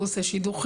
הוא עושה שידוכים.